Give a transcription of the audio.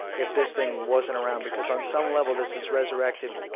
if this thing wasn't around. because on some level this has resurrected